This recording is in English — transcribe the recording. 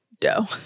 dough